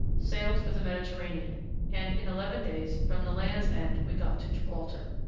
sailed for the mediterranean and in eleven days, from the land's end, we got to gibraltar.